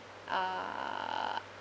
uh